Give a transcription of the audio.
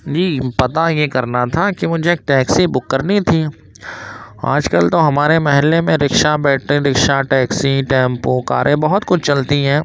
جی پتا یہ کرنا تھا کہ مجھے ایک ٹیکسی بک کرنی تھی آج کل تو ہمارے محلے میں رکشا بیٹری رکشا ٹیکسی ٹیمپو کاریں بہت کچھ چلتی ہیں